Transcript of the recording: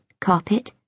carpet